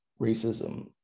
racism